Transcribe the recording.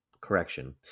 Correction